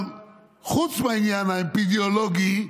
אבל חוץ מהעניין האפידמיולוגי,